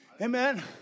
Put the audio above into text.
Amen